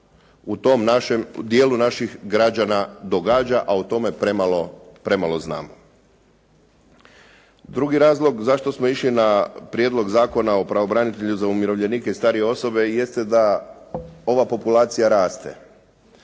dijelu naših građana događa, a o tome premalo znamo. Drugi razlog zašto smo išli na Prijedlog zakona o pravobranitelju za umirovljenike i starije osobe jeste da ova populacija raste,